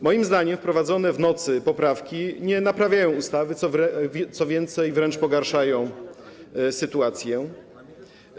Moim zdaniem wprowadzone w nocy poprawki nie naprawiają ustawy, co więcej, wręcz pogarszają sytuację.